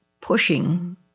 pushing